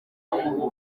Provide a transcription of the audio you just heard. nk’umukuru